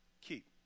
keep